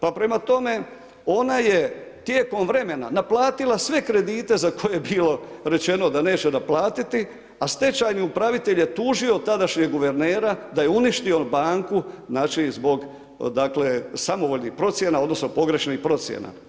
Pa prema tome, ona je tijekom vremena naplatila sve kredite za koje je bilo rečeno da neće naplatiti, a stečajni upravitelj je tužio tadašnjeg guvernera da je uništio banku znači zbog dakle samovoljnih procjena, odnosno pogrešnih procjena.